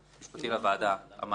המשפטי לוועדה עמד עליהם.